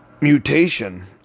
mutation